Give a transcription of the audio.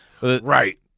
Right